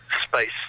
space